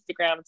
instagram